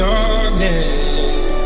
darkness